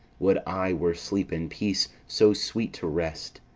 would i were sleep and peace, so sweet to rest!